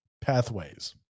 pathways